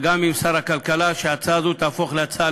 וגם עם שר הכלכלה שההצעה הזאת תהפוך להצעה